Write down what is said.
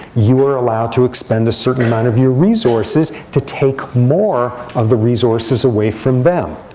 you are allowed to expend a certain amount of your resources to take more of the resources away from them.